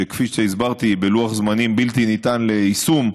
שכפי שהסברתי היא בלוח זמנים בלתי ניתן ליישום.